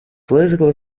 political